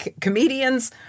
Comedians